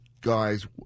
guys